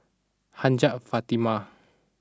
Hajjah Fatimah